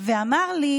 ואמר לי: